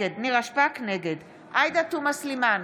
נגד עאידה תומא סלימאן,